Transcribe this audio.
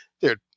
dude